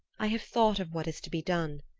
i have thought of what is to be done.